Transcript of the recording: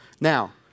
Now